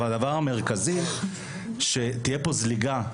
אבל הדבר המרכזי שתהיה פה זליגה,